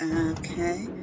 Okay